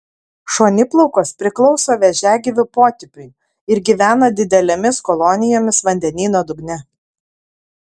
šoniplaukos priklauso vėžiagyvių potipiui ir gyvena didelėmis kolonijomis vandenyno dugne